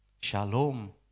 Shalom